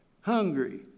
hungry